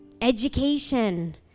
education